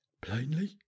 Plainly